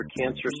cancer